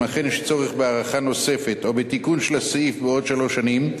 שאם אכן יש צורך בהארכה נוספת או בתיקון של הסעיף בעוד שלוש שנים,